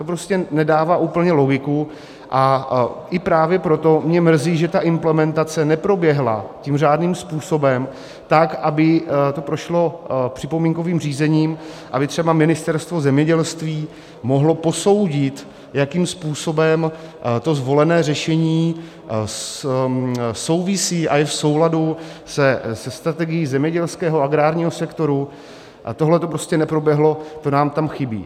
To prostě nedává úplně logiku, a i právě proto mě mrzí, že implementace neproběhla řádným způsobem tak, aby to prošlo připomínkovým řízením, aby třeba Ministerstvo zemědělství mohlo posoudit, jakým způsobem zvolené řešení souvisí a je v souladu se strategií zemědělského agrárního sektoru, a tohle prostě neproběhlo, to nám tam chybí.